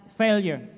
failure